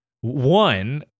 one